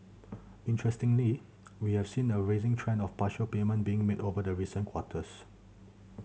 interestingly we have seen a rising trend of partial payment being made over the recent quarters